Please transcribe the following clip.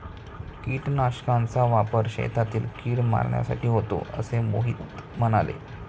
कीटकनाशकांचा वापर शेतातील कीड मारण्यासाठी होतो असे मोहिते म्हणाले